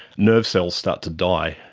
nerve cells start to die,